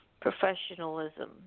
professionalism